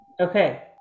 Okay